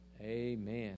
Amen